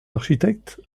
architectes